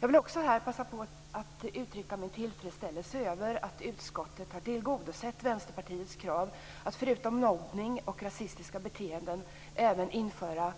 Jag vill också här passa på att uttrycka min tillfredsställelse över att utskottet har tillgodosett Vänsterpartiets krav att förutom mobbning och rasistiska beteenden även införa